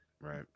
Right